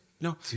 No